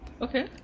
Okay